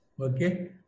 okay